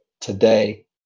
today